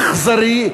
אכזרי,